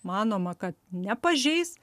manoma kad nepažeis